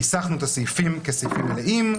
ניסחנו את הסעיפים כסעיפים מלאים,